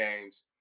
games